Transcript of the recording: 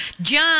John